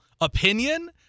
opinion